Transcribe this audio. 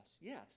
Yes